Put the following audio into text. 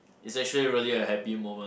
is actually really a happy moment